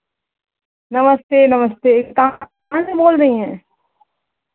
नमस्ते नमस्ते कहाँ कहाँ से बोल रहीं हैं